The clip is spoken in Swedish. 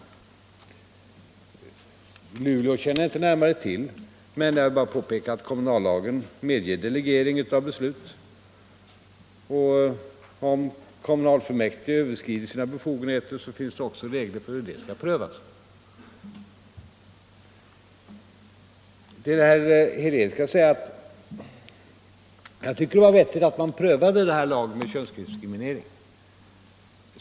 Fallet Luleå känner jag inte närmare till, men jag vill påpeka att kommunallagen medger delegering av beslut. Om kommunfullmäktige överskrider sina befogenheter finns det också regler för hur detta skall prövas. Till herr Helén vill jag säga att jag tycker det var vettigt att man prövade lagen mot könsdiskriminering.